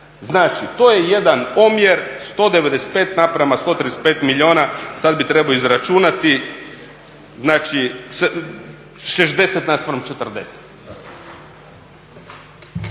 Znači to je jedan omjer 195:135 milijuna, sad bi trebao izračunati, znači 60:40.